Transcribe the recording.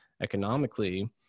economically